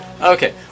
Okay